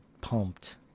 pumped